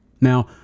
Now